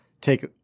take